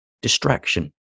distraction